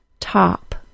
Top